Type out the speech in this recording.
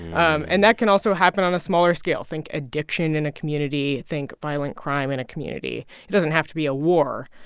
um and that can also happen on a smaller scale think addiction in a community, think violent crime in a community. it doesn't have to be a war.